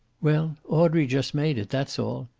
well, audrey just made it, that's all.